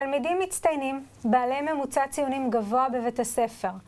תלמדים מצטיינים, בעלי ממוצע ציונים גבוה בבית הספר.